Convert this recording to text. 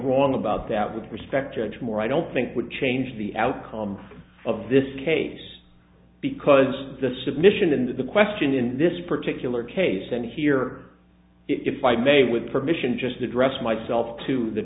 wrong about that with respect judge moore i don't think would change the outcome of this case because of the submission and the question in this particular case and here if i may with permission just address myself to the